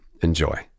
Enjoy